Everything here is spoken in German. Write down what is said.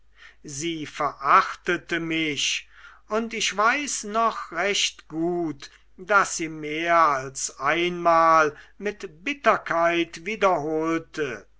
sie verachtete mich und ich weiß noch recht gut daß sie mehr als einmal mit bitterkeit wiederholte